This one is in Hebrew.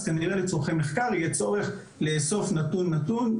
אז כנראה שלצורכי מחקר יהיה צורך לאסוף נתון-נתון,